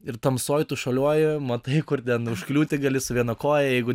ir tamsoj tu šuoliuoji matai kur užkliūti gali su viena koja jeigu